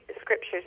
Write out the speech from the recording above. scriptures